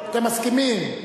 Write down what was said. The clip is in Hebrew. אתם מסכימים?